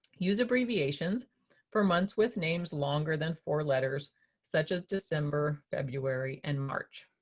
use abbreviations for months with names longer than for letters such as december, february, and march.